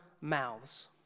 mouths